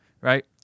Right